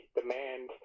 demand